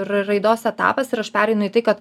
r raidos etapas ir aš pereinu į tai kad